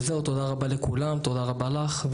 תודה רבה לכולם, תודה רבה לך.